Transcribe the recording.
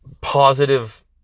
positive